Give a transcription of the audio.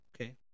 okay